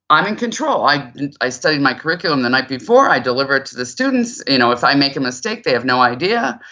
i'm in control. i i studied my curriculum the night before, i deliver it to the students. you know if i make a mistake, they have no idea.